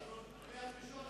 הפלסטינים.